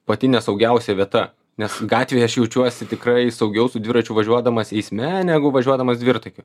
pati nesaugiausia vieta nes gatvėj aš jaučiuosi tikrai saugiau su dviračiu važiuodamas eisme negu važiuodamas dvirtakiu